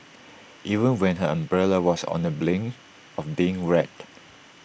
even when her umbrella was on the brink of being wrecked